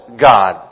God